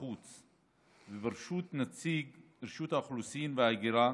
החוץ ובראשות נציג רשות האוכלוסין וההגירה,